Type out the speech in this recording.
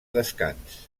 descans